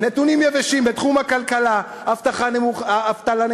נתונים יבשים בתחום הכלכלה: האבטלה נמוכה,